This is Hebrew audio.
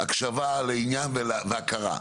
מההקשבה לעניין וההכרה שלו.